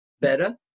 better